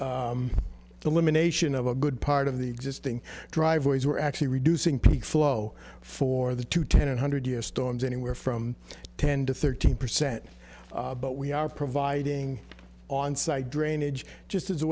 of the elimination of a good part of the existing driveways we're actually reducing peak flow for the two ten hundred year storms anywhere from ten to thirteen percent but we are providing on site drainage just as a